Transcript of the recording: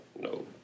no